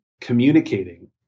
communicating